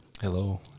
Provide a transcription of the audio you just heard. Hello